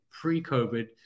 pre-COVID